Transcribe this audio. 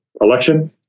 election